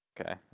Okay